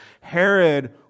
Herod